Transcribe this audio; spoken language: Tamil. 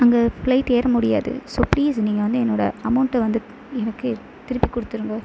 அங்கே ஃபிளைட் ஏற முடியாது ஸோ ப்ளீஸ் நீங்கள் வந்து என்னோடய அமௌண்ட்டை வந்து எனக்கே திருப்பி கொடுத்துடுங்க